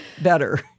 better